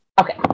Okay